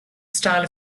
style